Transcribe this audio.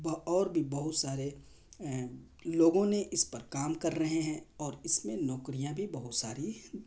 بہو اور بھی بہت سارے لوگوں نے اس پر کام کر رہے ہیں اور اس میں نوکریاں بھی بہت ساری